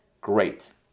Great